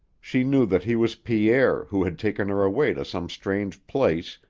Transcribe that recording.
she knew that he was pierre who had taken her away to some strange place,